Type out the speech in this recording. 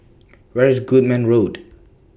Where IS Goodman Road